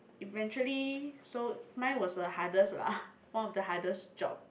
eventually so mine was the hardest lah one of the hardest job